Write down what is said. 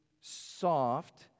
soft